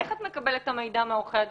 איך את מקבלת את המידע מעורכי הדין?